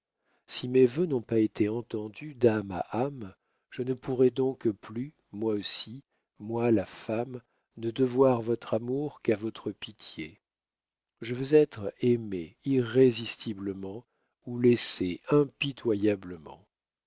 si mes vœux n'ont pas été entendus d'âme à âme je ne pourrais donc plus moi aussi moi la femme ne devoir votre amour qu'à votre pitié je veux être aimée irrésistiblement ou laissée impitoyablement